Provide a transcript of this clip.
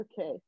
okay